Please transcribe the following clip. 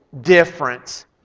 difference